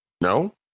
No